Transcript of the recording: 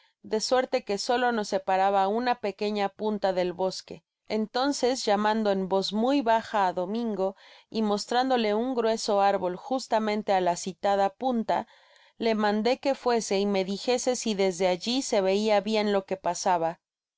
de suerte que solo nos separaba una pequeña punta del bosque entonces llamando en voz muy baja á domingo y mostrándole un grueso árbol justamente á la citada punta le mandó que fuese y me dijese si desde alli se veia bien lo que pasaba